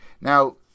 Now